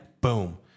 boom